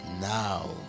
now